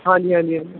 ਹਾਂਜੀ ਹਾਂਜੀ ਹਾਂਜੀ